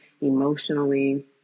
emotionally